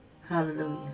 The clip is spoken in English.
Hallelujah